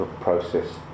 process